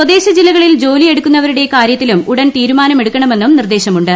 സ്വദേശ ജില്ലകളിൽ ജോലിയെടുക്കുന്നവരുടെ കാരൃത്തിലും ഉടൻ തീരുമാനമെടുക്കണമെന്നും നിർദ്ദേശമുണ്ട്